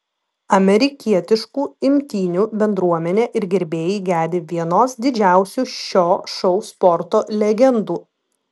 amerikietiškų imtynių bendruomenė ir gerbėjai gedi vienos didžiausių šio šou sporto legendų